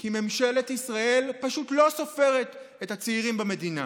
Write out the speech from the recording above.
כי ממשלת ישראל פשוט לא סופרת את הצעירים במדינה.